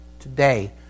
today